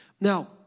Now